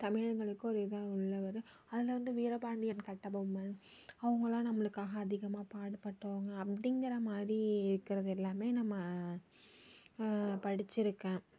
தமிழர்களுக்கு ஒரு இதாக உள்ளவர்கள் அதில் வந்து வீர பாண்டியன் கட்டபொம்மன் அவங்க எல்லாம் நம்மளுக்காக அதிகமாக பாடுபட்டவங்க அப்படிங்கிற மாதிரி இருக்கிறது எல்லாமே நம்ம படித்திருக்கேன்